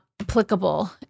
applicable